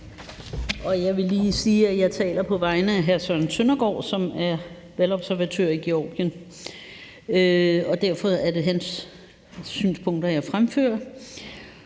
jeg vil sige, at jeg taler på vegne af hr. Søren Søndergaard, som er valgobservatør i Georgien, og at det derfor er hans synspunkter, jeg fremfører.